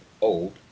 old